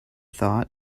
thought